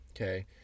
Okay